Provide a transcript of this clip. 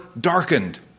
darkened